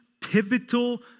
pivotal